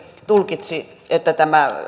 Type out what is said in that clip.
tulkitsi että